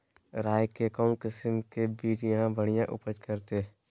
राई के कौन किसिम के बिज यहा बड़िया उपज करते?